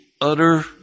utter